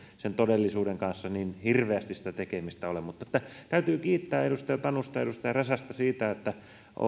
sen todellisuuden kanssa niin hirveästi tekemistä ole täytyy kiittää edustaja tanusta ja edustaja räsästä siitä että